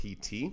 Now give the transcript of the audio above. PT